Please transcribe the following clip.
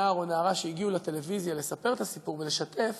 נער או נערה שהגיעו לטלוויזיה לספר את הסיפור ולשתף